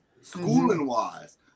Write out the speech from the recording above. schooling-wise